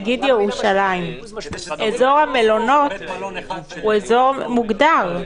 נגיד בירושלים אזור המלונות הוא אזור מוגדר.